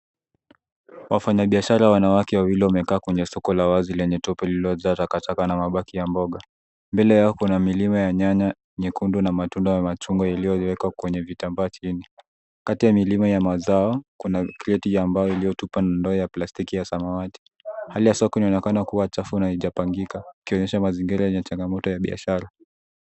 Wafanya biashara wanawake wawili wamekaa kwenye soko la wazi lenye tope lililojaa rakataba na mabaki ya mboga. Mbele yao kuna milima ya nyanya nyekundu na matunda ya matungo yaliyowekwa kwenye vitambaa chini. Kati ya milima ya mazao, kuna kreti ya mbao iliyotupwa na ndoo ya plastiki ya samawati. Hali ya sokoni inaonekana kuwa chafu na haijapangika, ikionyesha mazingira yenye changamoto ya biashara.